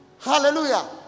Hallelujah